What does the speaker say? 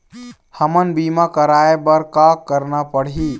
हमन बीमा कराये बर का करना पड़ही?